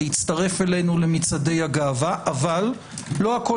להצטרף אלינו למצעדי הגאווה - אבל לא הכול